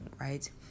right